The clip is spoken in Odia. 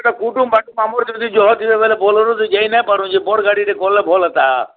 ସେଟା କୁଡ଼ୁମ୍ ବାଟେ ଜହ ଥିବେ ବେଲେ ବୋଲ୍ରରେ ଯାଇ ନାଇଁ ପାରୁ ଯେ ବଡ଼୍ ଗାଡ଼ିରେ ଗଲେ ଭଲ୍ ହେତା